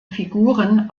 figuren